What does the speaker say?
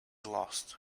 lost